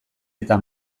eta